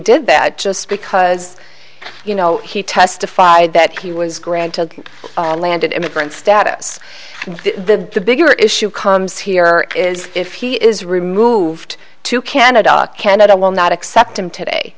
did that just because you know he testified that he was granted a landed immigrant status the the bigger issue comes here is if he is removed to canada canada will not accept him today